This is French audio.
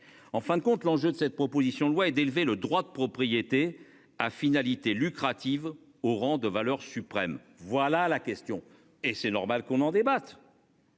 En fin de compte l'enjeu de cette proposition de loi et d'élever le droit de propriété à finalité lucrative au rang de valeur suprême. Voilà la question, et c'est normal qu'on en débatte.